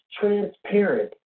transparent